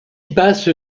passe